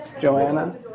Joanna